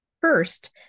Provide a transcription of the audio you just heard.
First